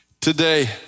Today